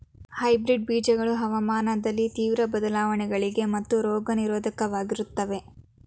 hybrid ಬೀಜಗಳು ಹವಾಮಾನದಲ್ಲಿನ ತೀವ್ರ ಬದಲಾವಣೆಗಳಿಗೆ ಮತ್ತು ರೋಗ ನಿರೋಧಕವಾಗಿರುತ್ತವೆ